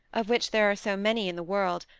of which there are so many in the world,